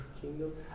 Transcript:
kingdom